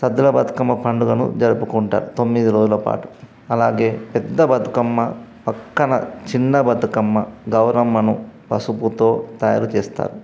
సద్దుల బతుకమ్మ పండుగను జరుపుకుంటారు తొమ్మిది రోజుల పాటు అలాగే పెద్ద బతుకమ్మ పక్కన చిన్న బతుకమ్మ గౌరమ్మను పసుపుతో తయారుచేస్తారు